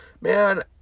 man